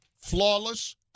flawless